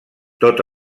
tot